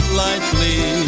lightly